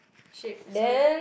sheep so